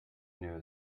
new